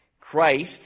Christ